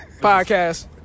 podcast